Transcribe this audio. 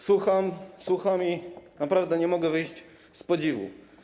Słucham, słucham i naprawdę nie mogę wyjść z podziwu.